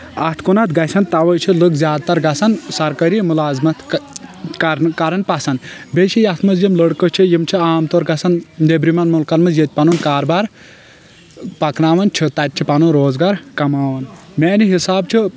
اتھ کُنتھ گژھَن توے چھِ لُکھ زیادٕ تر گژھان سرکٲری مُلازمتھ کر کران پسنٛد بییٚہِ چھِ یتھ منٛز یِم لڑکہٕ چھِ یِم چھِ عام طور گژھان نیبرِمیٚن ملکن منٛز ییتہِ پنُن کار بار پکناوان چھِ تتہِ چھِ پنُن روزگار کماوان میانہِ حسابہٕ چھُ